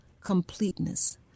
completeness